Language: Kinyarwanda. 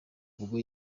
ubwo